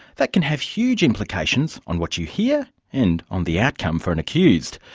that can have huge implications on what you hear and on the outcome for an accused.